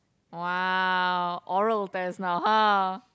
!wow! oral test now !huh!